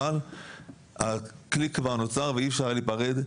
אבל הקליק כבר נוצר ואי אפשר היה להיפרד.